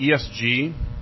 ESG